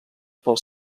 pels